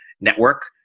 network